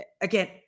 Again